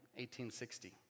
1860